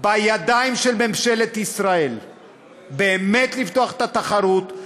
בידיים של ממשלת ישראל באמת לפתוח את התחרות,